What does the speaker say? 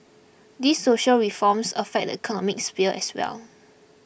these social reforms affect the economic sphere as well